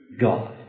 God